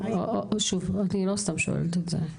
לא, שוב, אני לא סתם שואלת את זה.